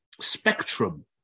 spectrum